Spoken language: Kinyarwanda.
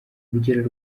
urugero